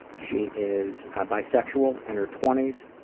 she is bi-sexual, in her twenty s,